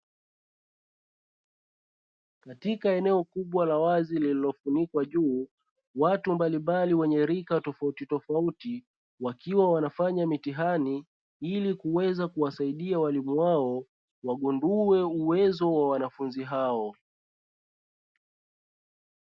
Katika eneo kubwa la wazi lililofunikwa juu watu mbalimbali wenye rika tofauti tofauti, wakiwa wanafanya mitihani ili kiweza kuwasaidia walimu hao wagundue uwezo wa wanafunzi hao.